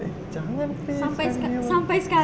eh jangan please smelly human